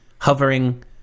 hovering